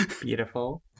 Beautiful